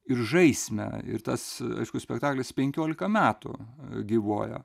ir žaismę ir tas aišku spektaklis penkiolika metų gyvuoja